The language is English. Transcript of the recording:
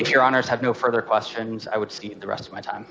your honour's have no further questions i would see the rest of my time